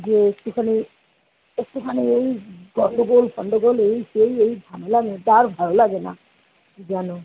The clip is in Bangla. যে একটুখানি একটুখানি এই গন্ডগোল ফন্ডগোল এই সেই এই ঝামেলা আর ভালো লাগে না যেন